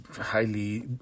highly